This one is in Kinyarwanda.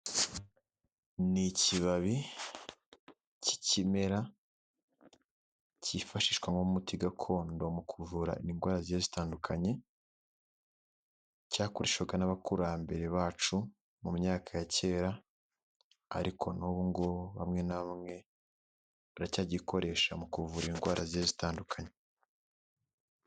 Ni ikibabi cy'ikimera cyifashishwamo umuti gakondo mu kuvura indwara zigiye zitandukanye, cyakoreshwaga n'abakurambere bacu mu myaka ya kera, ariko n'ubungubu bamwe na bamwe baracyagikoresha mu kuvura indwara zigiye zitandukanye.